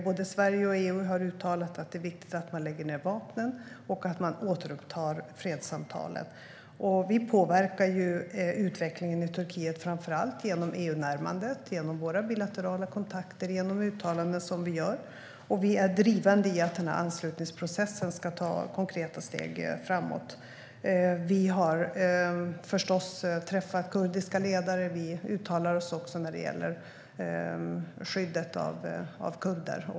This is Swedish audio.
Både Sverige och EU har uttalat att det är viktigt att man lägger ned vapnen och att man återupptar fredssamtalen. Vi påverkar utvecklingen i Turkiet framför allt genom EU-närmandet, genom våra bilaterala kontakter och genom de uttalanden som vi gör. Vi är drivande i att anslutningsprocessen ska ta konkreta steg framåt. Vi har förstås träffat kurdiska ledare, och vi uttalar oss också när det gäller skyddet av kurder.